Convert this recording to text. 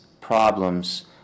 problems